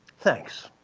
thanks.